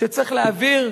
שצריך להעביר,